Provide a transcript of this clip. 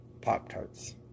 Pop-Tarts